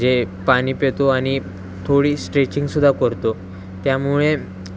म्हणजे पाणी पितो आणि थोडी स्ट्रेचिंगसुद्धा करतो त्यामुळे